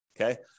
okay